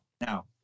Now